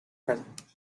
president